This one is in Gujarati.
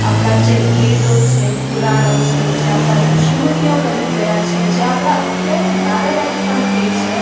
આપણા જે વેદો છે પુરાણો છે જે આપણા ઋષિ મુનિઓ કહી ગયા છે જે આપણાં અત્યારે દાદા દાદી પણ કહે છે